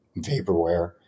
vaporware